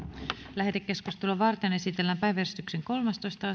lähetekeskustelua varten esitellään päiväjärjestyksen kahdeksastoista